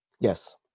Yes